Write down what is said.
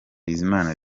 bizimana